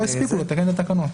סעיף 10, תיקון חוק הבחירות.